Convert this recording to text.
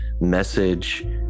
message